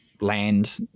land